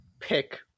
pick